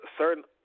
certain